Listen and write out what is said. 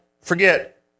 forget